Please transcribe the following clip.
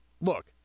look